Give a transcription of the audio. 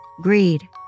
Greed